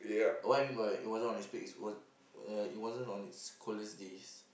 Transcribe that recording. what you mean by it wasn't on it's peak it was ya it wasn't on it's coldest days